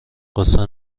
قصه